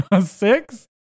six